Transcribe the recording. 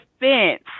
defense